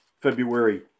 February